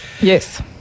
yes